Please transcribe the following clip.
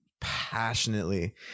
passionately